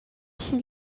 ses